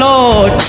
Lord